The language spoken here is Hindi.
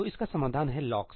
तो इसका समाधान है लॉक्स